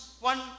one